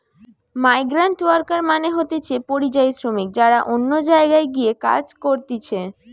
migrant worker মানে হতিছে পরিযায়ী শ্রমিক যারা অন্য জায়গায় গিয়ে কাজ করতিছে